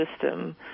system